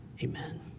Amen